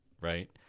right